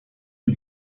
die